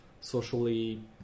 socially